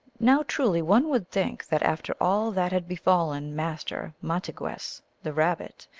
now, truly, one would think that after all that had befallen master mahtigwess, the rabbit,